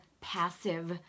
passive